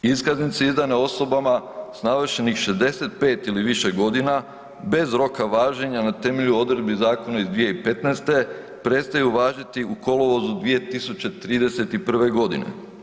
Iskaznice izdane osobama s navršenih 65 ili više godina bez roka važenja na temelju odredbi zakona iz 2015. prestaju važiti u kolovozu 2031. godine.